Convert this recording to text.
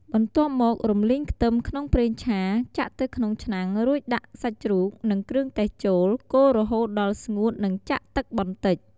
បន្ទាប់មក រំលីងខ្ទឹមក្នុងប្រេងឆា ចាក់ទៅក្នុងឆ្នាំងរួចដាក់សាច់ជ្រូក និងគ្រឿងទេសចូល កូររហូតដល់ស្ងួតនឹងចាក់ទឹកបន្តិច។